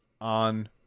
on